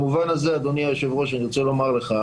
והעליתם